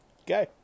Okay